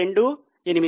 28